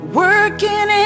working